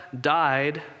died